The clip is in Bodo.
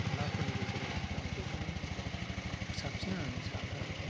नाफोरनि गेजेराव आं बेखौनो साबसिन होन्नानै सानो आरो